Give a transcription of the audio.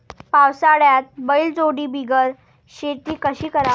पावसाळ्यात बैलजोडी बिगर शेती कशी कराव?